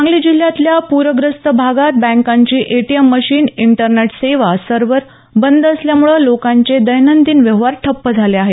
सांगली जिल्ह्यातल्या पूरग्रस्त भागात बँकांची एटीएम मशीन इंटरनेट सेवा सर्व्हर बंद असल्यामुळं लोकांचे दैनंदिन व्यवहार ठप्प झाले आहेत